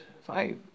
five